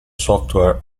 software